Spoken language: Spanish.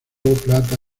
plata